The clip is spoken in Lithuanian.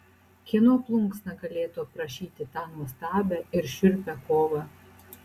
kieno plunksna galėtų aprašyti tą nuostabią ir šiurpią kovą